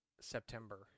September